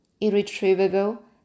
Irretrievable